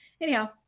Anyhow